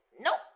Nope